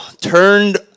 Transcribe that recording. turned